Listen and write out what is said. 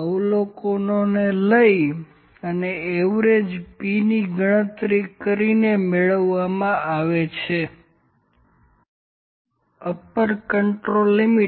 અવલોકનોને લઈ અને average P ની ગનતરી કરીને મેળવવામાં આવે છે U